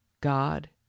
god